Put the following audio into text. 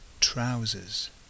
trousers